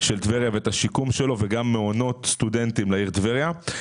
של טבריה ואת השיקום שלו וגם מעונות סטודנטים לעיר טבריה.